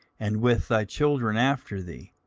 and with thy children after thee,